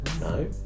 no